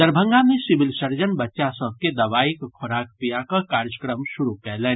दरभंगा मे civil surgeon बच्चा सभ के दवाईक खोराक पीया कऽ कार्यक्रम शुरू कयलनि